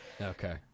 Okay